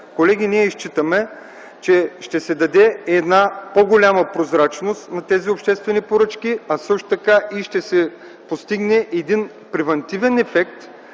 колеги, ние считаме, че ще се даде по-голяма прозрачност на тези обществени поръчки, а също така ще се постигне превантивен ефект,